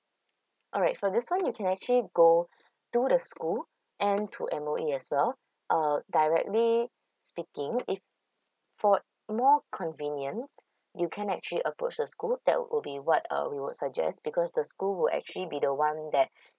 alright for this one you can actually go to the school and to M_O_E as well um directly speaking if for more convenient you can actually approach the school that would be what uh we would suggest because the school will actually be the one that